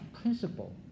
principle